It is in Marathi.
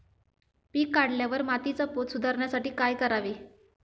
पीक काढल्यावर मातीचा पोत सुधारण्यासाठी काय करावे?